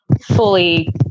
fully